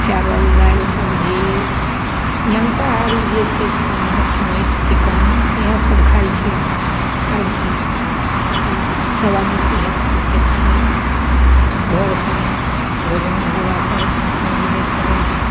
चावल दालि सब्जी माँसाहारी जे छथि से माँछ मीट चिकन इएह सब खाइ छथि आब की खेता सब आदमी तऽ इएह खाके छी घर सबमे भोजन ढाबा परमे मिलबे करै छै